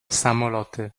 samoloty